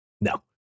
no